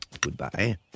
Goodbye